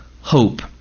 hope